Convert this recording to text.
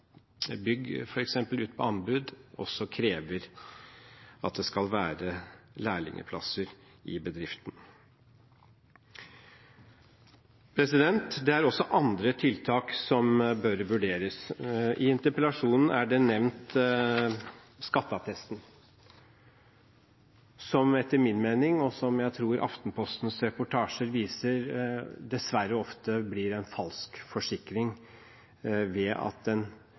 ut på anbud, også krever at det skal være lærlingplasser i bedriften. Det er også andre tiltak som bør vurderes. I interpellasjonsteksten er det nevnt skatteattest, som etter min mening – og som jeg tror Aftenpostens reportasjer viser – ofte dessverre blir en falsk forsikring, ved at den